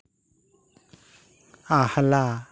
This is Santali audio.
ᱟᱦᱞᱟ